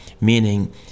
meaning